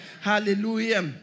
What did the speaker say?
Hallelujah